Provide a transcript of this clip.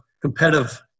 competitive